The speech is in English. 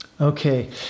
Okay